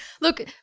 Look